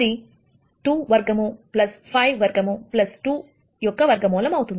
అది 2 వర్గము5 వర్గము2 యొక్క వర్గమూలం అవుతుంది